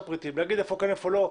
להגיד איפה כן ואיפה לא.